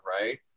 right